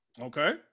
Okay